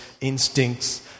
instincts